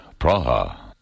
Praha